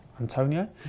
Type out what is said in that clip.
Antonio